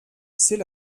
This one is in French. c’est